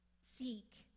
Seek